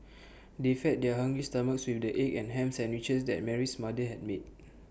they fed their hungry stomachs with the egg and Ham Sandwiches that Mary's mother had made